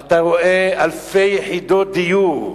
אתה רואה אלפי יחידות דיור.